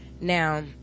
now